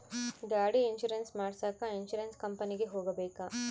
ಗಾಡಿ ಇನ್ಸುರೆನ್ಸ್ ಮಾಡಸಾಕ ಇನ್ಸುರೆನ್ಸ್ ಕಂಪನಿಗೆ ಹೋಗಬೇಕಾ?